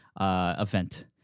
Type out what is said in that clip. event